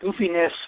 goofiness